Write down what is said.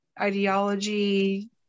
ideology